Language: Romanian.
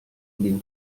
din